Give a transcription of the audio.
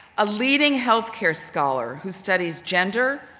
a leading healthcare scholar who studies gender,